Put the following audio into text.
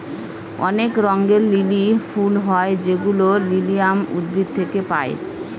অনেক রঙের লিলি ফুল হয় যেগুলো লিলিয়াম উদ্ভিদ থেকে পায়